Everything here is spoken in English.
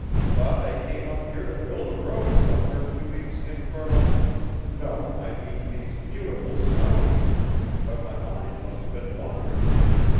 thought i came up here to build a road somewhere through these infernal no, i mean these beautiful snows but my mind must have been wandering again.